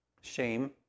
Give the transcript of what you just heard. Shame